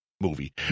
movie